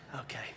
Okay